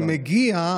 זה מגיע,